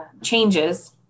changes